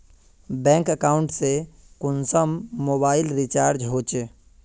Bank account से कुंसम mobile recharge होचे?